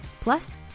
Plus